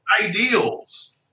ideals